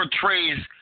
portrays